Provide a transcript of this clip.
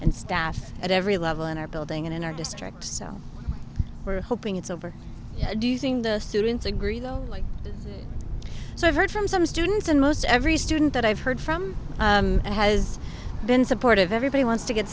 and staff at every level in our building and in our district so we're hoping it's over do you thing the students agree though like so i've heard from some students and most every student that i've heard from has been supportive everybody wants to get